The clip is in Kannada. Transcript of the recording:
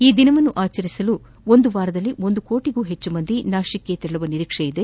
ಈ ದಿನವನ್ನು ಆಚರಿಸಲು ಒಂದು ವಾರದಲ್ಲಿ ಒಂದು ಕೋಟಿಗೂ ಹೆಚ್ಚು ಜನ ನಾಶಿಕ್ಗೆ ತೆರಳುವ ನಿರೀಕ್ಷೆ ಇದೆ